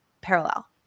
parallel